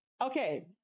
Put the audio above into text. Okay